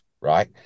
right